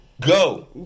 go